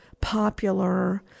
popular